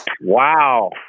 Wow